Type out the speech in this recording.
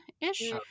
ish